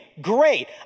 Great